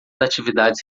atividades